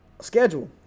Schedule